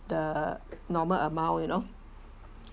the normal amount you know